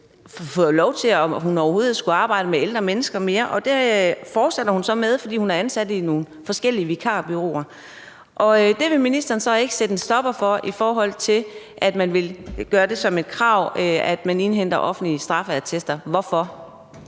retten til overhovedet at arbejde med ældre mennesker, men det fortsætter hun så med, fordi hun er ansat i nogle forskellige vikarbureauer. Det vil ministeren så ikke sætte en stopper for, altså man vil ikke gøre det til et krav, at man indhenter offentlige straffeattester – hvorfor?